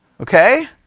Okay